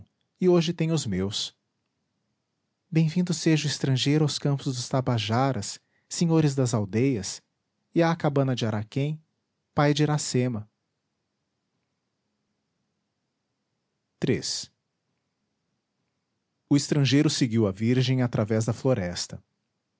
e hoje têm os meus bem-vindo seja o estrangeiro aos campos dos tabajaras senhores das aldeias e à cabana de araquém pai de iracema o estrangeiro seguiu a virgem através da floresta